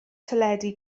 teledu